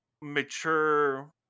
mature